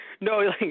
No